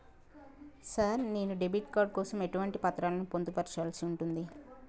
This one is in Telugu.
సార్ నేను డెబిట్ కార్డు కోసం ఎటువంటి పత్రాలను పొందుపర్చాల్సి ఉంటది?